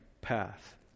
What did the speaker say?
path